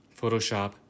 Photoshop